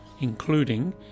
including